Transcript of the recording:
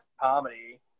comedy